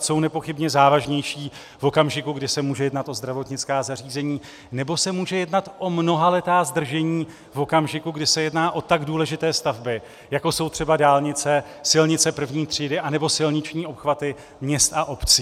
Jsou nepochybně závažnější, v okamžiku, kdy se může jedna o zdravotnická zařízení, nebo se může jednat o mnohaletá zdržení v okamžiku, kdy se jedná o tak důležité stavby, jako jsou třeba dálnice, silnice první třídy anebo silniční obchvaty měst a obcí.